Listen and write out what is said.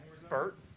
Spurt